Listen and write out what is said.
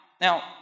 now